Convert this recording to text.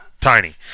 Tiny